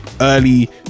early